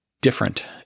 different